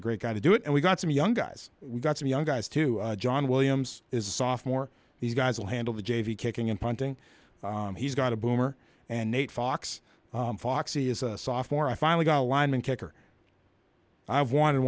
a great guy to do it and we've got some young guys we've got some young guys too john williams is a sophomore these guys will handle the j v kicking and punting he's got a boomer and nate fox foxy is a sophomore i finally got a lineman kicker i've wanted